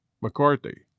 McCarthy